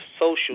social